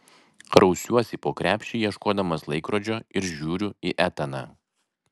rausiuosi po krepšį ieškodamas laikrodžio ir žiūriu į etaną